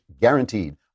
guaranteed